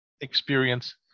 experience